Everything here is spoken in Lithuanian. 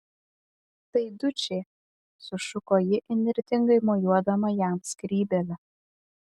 tai dučė sušuko ji įnirtingai mojuodama jam skrybėle